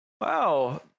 Wow